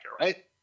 right